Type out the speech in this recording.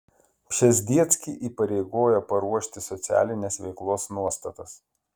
pšezdzieckį įpareigojo paruošti socialinės veiklos nuostatas